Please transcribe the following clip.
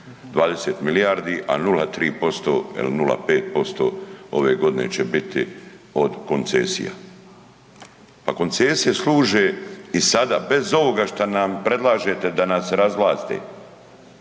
20 milijardi, a 0,3 il 0,5% ove godine će biti od koncesija. Pa koncesije služe i sada bez ovoga šta nam predlažete da nas razvlaste,